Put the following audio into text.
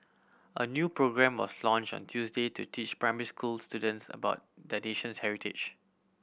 a new programme was launched on Tuesday to teach primary school students about the nation's heritage